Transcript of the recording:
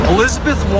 Elizabeth